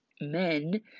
men